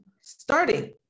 starting